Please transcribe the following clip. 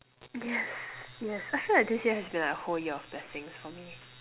yes yes I feel like this year has been like a whole year of blessings for me